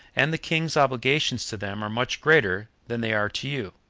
and the king's obligations to them are much greater than they are to you.